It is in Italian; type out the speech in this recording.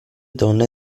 donne